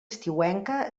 estiuenca